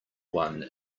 one